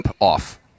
off